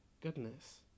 Goodness